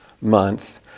month